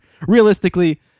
Realistically